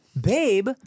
babe